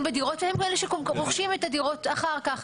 בדירות והן אלו שרוכשות את הדירות אחר כך.